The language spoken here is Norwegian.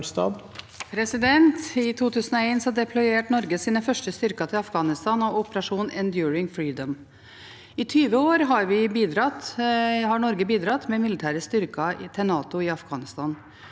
for saken): I 2001 deployerte Norge sine første styrker til Afghanistan og Operasjon Enduring Freedom. I 20 år har Norge bidratt med militære styrker til NATO i Afghanistan.